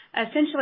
essentially